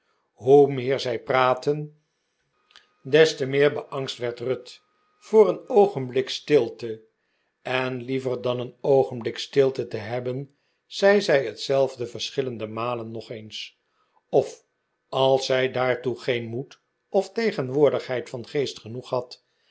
hoe meer zij praatten des te meer kr maarten chuzzlewit beangst werd ruth voor een oogenblik stilte f en liever dan een oogenblik stilte te hebben zei zij hetzelfde verscheidene malen nog eens of als zij daartoe geen moed of tegenwoordigheid van geest genoeg had